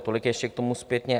Tolik ještě k tomu zpětně.